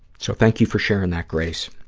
so, thank you for sharing that, grace,